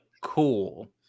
cool